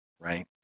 right